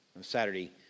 Saturday